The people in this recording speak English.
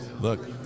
look